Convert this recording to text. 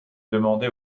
demander